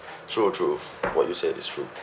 true true what you said is true